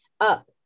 up